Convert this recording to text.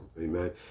Amen